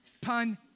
Pun